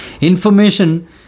information